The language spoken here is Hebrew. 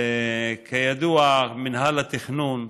כידוע, מינהל התכנון,